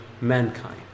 mankind